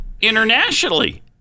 internationally